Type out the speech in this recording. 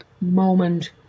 moment